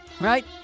right